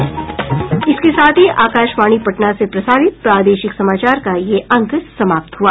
इसके साथ ही आकाशवाणी पटना से प्रसारित प्रादेशिक समाचार का ये अंक समाप्त हुआ